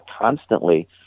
constantly